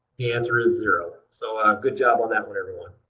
the answer is zero. so um good job on that one everyone.